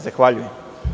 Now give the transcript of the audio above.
Zahvaljujem.